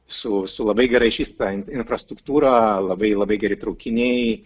su su labai gerai išvystyta infrastruktūra labai labai geri traukiniai